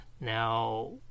now